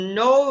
no